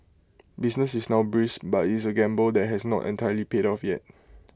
business is now brisk but IT is A gamble that has not entirely paid off yet